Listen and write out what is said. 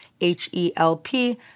H-E-L-P